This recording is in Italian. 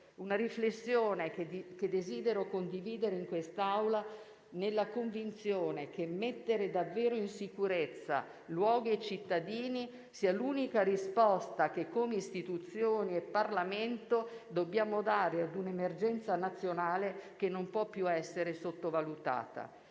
Una riflessione che desidero condividere in quest'Aula, nella convinzione che mettere davvero in sicurezza luoghi e cittadini sia l'unica risposta che come istituzioni e Parlamento dobbiamo dare a un'emergenza nazionale che non può più essere sottovalutata.